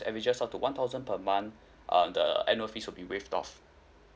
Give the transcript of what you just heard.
average to one thousand per month um the annual fees will be waived off